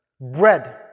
Bread